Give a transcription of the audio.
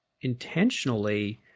intentionally